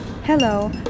Hello